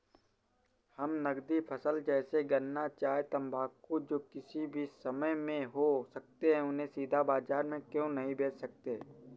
हम नगदी फसल जैसे गन्ना चाय तंबाकू जो किसी भी समय में हो सकते हैं उन्हें सीधा बाजार में क्यो नहीं बेच सकते हैं?